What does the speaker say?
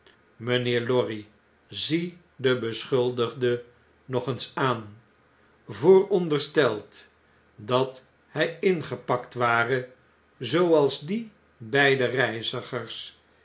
mijnheer lorry zie den beschuldigde nog eens aan voorondersteld dat hy ingepakt ware zooals die beide reizigers